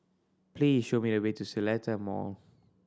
please show me the way to The Seletar Mall